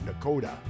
Nakoda